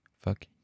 fuck